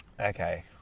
Okay